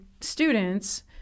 students